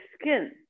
skin